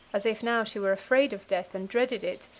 as if now she were afraid of death and dreaded it,